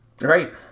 Right